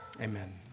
Amen